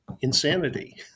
insanity